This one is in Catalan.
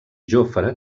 jofre